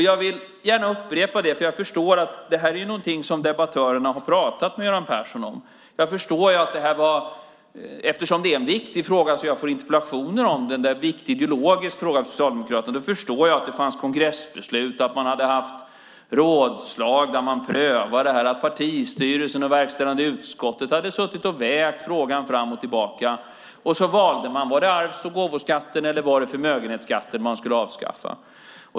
Jag vill gärna upprepa det, för jag förstår att det här är någonting som debattörerna har pratat med Göran Persson om. Det är en viktig fråga som jag får interpellationer om, och det är en viktig ideologisk fråga för Socialdemokraterna. Då förstår jag att det fanns kongressbeslut, att man hade haft rådslag där man prövade detta, att partistyrelsen och verkställande utskottet hade suttit och vägt frågan fram och tillbaka. Och så valde man: Var det arvs och gåvoskatten eller förmögenhetsskatten man skulle avskaffa?